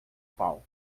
palco